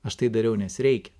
aš tai dariau nes reikia